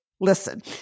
Listen